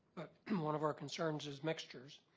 and one of our concerns is mixtures.